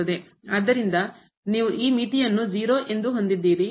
ಆದ್ದರಿಂದ ನೀವು ಈ ಮಿತಿಯನ್ನು 0 ಎಂದು ಹೊಂದಿದ್ದೀರಿ